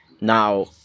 Now